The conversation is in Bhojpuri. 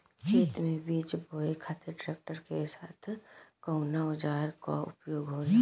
खेत में बीज बोए खातिर ट्रैक्टर के साथ कउना औजार क उपयोग होला?